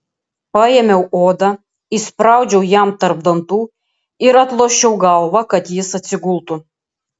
paėmiau odą įspraudžiau jam tarp dantų ir atlošiau galvą kad jis atsigultų